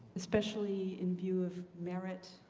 especially in view of merit,